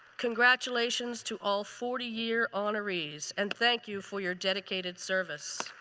congratulations to all forty year honorees. and thank you for your dedicated service.